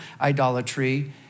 idolatry